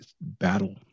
battle